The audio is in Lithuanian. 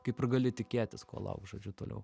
kaip ir gali tikėtis ko laukt žodžiu toliau